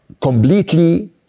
completely